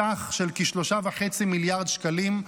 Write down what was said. בסך כ-3.5 מיליארד שקלים,